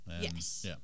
Yes